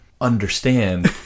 understand